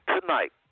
Tonight